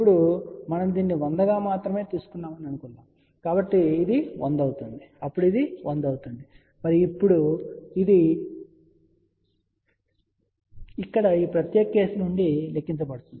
ఇప్పుడు మనం దీనిని 100 గా మాత్రమే తీసుకున్నామని అనుకుందాం కాబట్టి ఇది 100 అవుతుంది అప్పుడు ఇది 100 అవుతుంది మరియు ఇప్పుడు ఇది ఇక్కడ ఈ ప్రత్యేక కేసు నుండి లెక్కించబడుతుంది